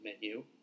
menu